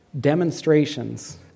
demonstrations